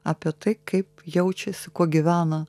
apie tai kaip jaučiasi kuo gyvena